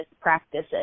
practices